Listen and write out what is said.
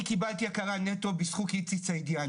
אני קיבלתי הכרה נטו בזכות איציק סעידיאן,